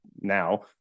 now